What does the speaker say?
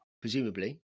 presumably